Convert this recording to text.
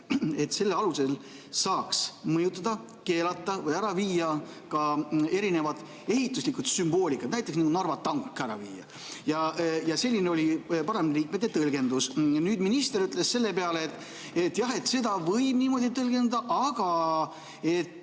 et selle alusel saaks keelata või ära viia ka erinevad ehituslikud [sümbolid], näiteks nagu Narva tank ära viia. Selline oli parlamendiliikmete tõlgendus. Nüüd, minister ütles selle peale, et jah, et seda võib niimoodi tõlgendada, aga